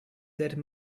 dead